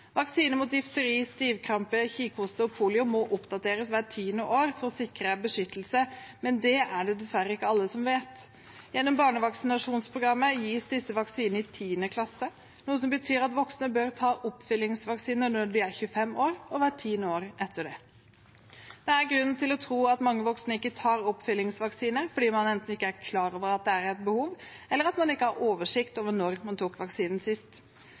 Vaksine mot difteri, stivkrampe, kikhoste og polio må oppdateres hvert tiende år for å sikre beskyttelse, men det er det dessverre ikke alle som vet. Gjennom barnevaksinasjonsprogrammet gis disse vaksinene i 10. klasse, noe som betyr at voksne bør ta en påfyllingsvaksine når de er 25 år, og hvert tiende år etter det. Det er grunn til å tro at mange voksne ikke tar påfyllingsvaksine, enten fordi de ikke er klar over at det er et behov, eller fordi de ikke har oversikt over når de tok vaksinen sist.